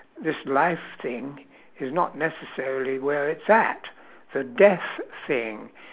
this life thing is not necessary where it's at the death thing